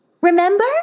remember